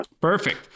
Perfect